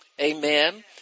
amen